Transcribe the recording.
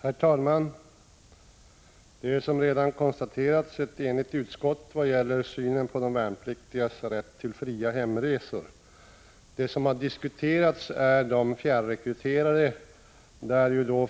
Herr talman! Utskottet är, som redan har konstaterats, enigt i synen på de värnpliktigas rätt till fria hemresor. Det som har diskuterats är de fjärrekryterade.